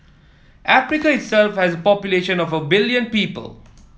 Africa itself has a population of a billion people